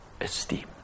esteem